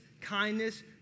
kindness